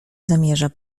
zamierza